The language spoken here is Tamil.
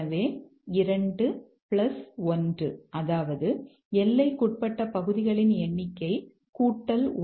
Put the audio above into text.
எனவே 2 1 அதாவது எல்லைக்குட்பட்ட பகுதிகளின் எண்ணிக்கை கூட்டல் 1